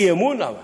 אי-אמון, למה?